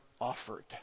offered